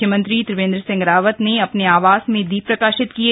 म्ख्यमंत्री त्रिवेन्द्र सिंह रावत ने अपने आवास में दीप प्रकाशित किए